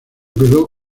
quedó